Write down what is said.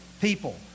people